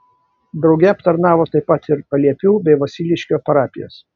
drauge aptarnavo taip pat ir paliepių bei vosiliškio parapijas